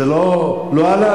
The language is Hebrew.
זה לא עלה?